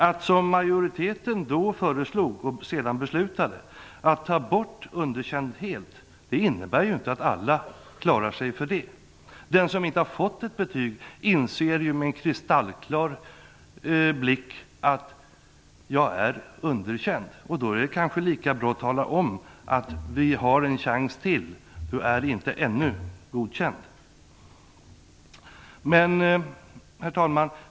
Att som majoriteten då föreslog och sedan beslutade ta bort underkänd helt innebär ju inte att alla klarar sig. Den som inte har fått ett betyg inser ju att det är kristallklart att man är underkänd. Då är det kanske lika bra att tala om att det finns en chans till och att man är inte ännu godkänd. Herr talman!